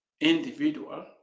individual